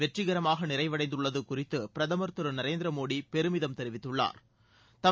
வெற்றிகரமாக நிறைவடைந்துள்ளது குறித்து பிரதமர் திரு நரேந்திர மோடி பெருமிதம் தெரிவித்துள்ளா்